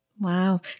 Wow